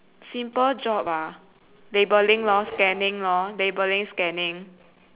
simple job ah labelling lor scanning lor labelling scanning